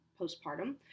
postpartum